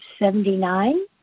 79